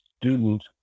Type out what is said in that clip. student